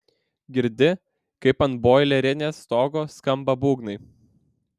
girdi kaip ant boilerinės stogo skamba būgnai